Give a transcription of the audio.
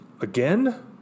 again